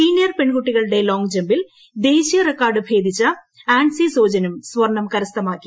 senior പെൺകുട്ടികളുടെ long ജംപിൽ ദേശീയ റിക്കോർഡ് ഭേദിച്ച ആൻസി സോജനും സ്വർണ്ണം കരസ്ഥമാക്കി